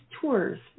tours